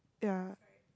ya